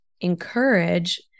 encourage